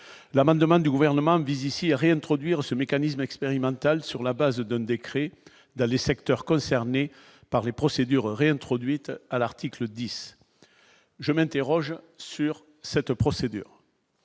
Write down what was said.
l'amendement du gouvernement vise ici à réintroduire ce mécanisme expérimental sur la base donne décrit dans les secteurs concernés par des procédures réintroduites à l'article 10 je m'interroge sur cette procédure